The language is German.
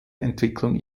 entwicklung